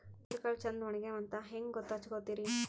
ಹೆಸರಕಾಳು ಛಂದ ಒಣಗ್ಯಾವಂತ ಹಂಗ ಗೂತ್ತ ಹಚಗೊತಿರಿ?